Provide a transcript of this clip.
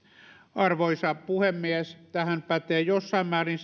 arvoisa puhemies tähän pätee jossain määrin